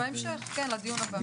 בהמשך, כן, לדיון הבא.